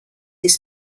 his